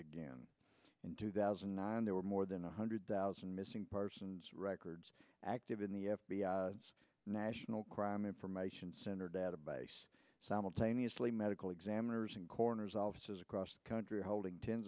again in two thousand and nine there were more than one hundred thousand missing persons records active in the f b i national crime information center database simultaneously medical examiners and coroners offices across the country holding tens